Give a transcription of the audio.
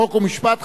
חוק ומשפט,